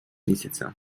місяця